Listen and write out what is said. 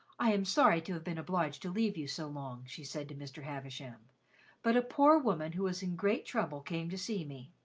i am sorry to have been obliged to leave you so long, she said to mr. havisham but a poor woman, who is in great trouble, came to see me.